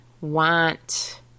want